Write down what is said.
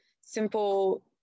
simple